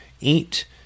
eat